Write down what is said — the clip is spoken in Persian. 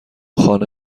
خانه